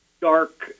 Dark